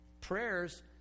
Prayers